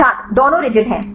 छात्र दोनों रिजिड हैं